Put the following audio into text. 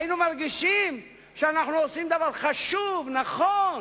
היינו מרגישים שאנחנו עושים דבר חשוב, נכון,